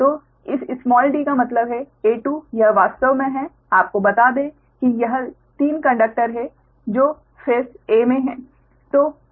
तो इस d का मतलब है a2 यह वास्तव में है आपको बता दें कि यह 3 कंडक्टर हैं जो फेस a में हैं